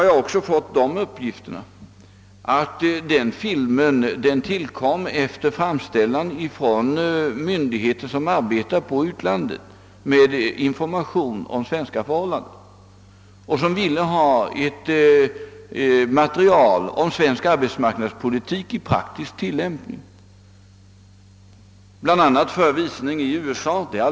Jag har fått uppgift om att den filmen tillkom efter framställning från myndigheter som arbetar på utlandet med information om svenska förhållanden och som ville ha ett material om svensk arbetsmarknadspolitik i praktisk tillämpning, bl.a. för visning i USA.